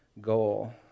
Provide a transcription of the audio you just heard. goal